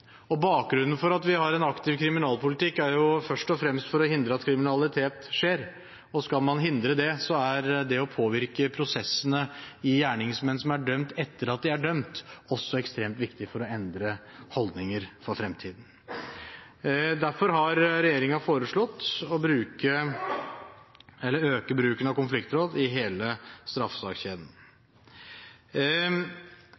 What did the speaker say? holdningsendringer. Bakgrunnen for at vi har en aktiv kriminalpolitikk, er jo først og fremst at vi vil hindre at kriminalitet skjer, og skal man hindre det, er det å påvirke prosessene i gjerningsmenn som er dømt, etter at de er dømt, også ekstremt viktig for å endre holdninger for fremtiden. Derfor har regjeringen foreslått å øke bruken av konfliktråd i hele straffesakskjeden.